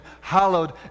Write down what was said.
hallowed